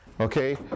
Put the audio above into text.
okay